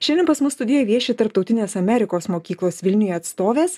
šiandien pas mus studijoj vieši tarptautinės amerikos mokyklos vilniuje atstovės